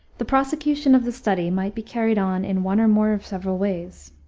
the prosecution of the study might be carried on in one or more of several ways,